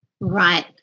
Right